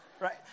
right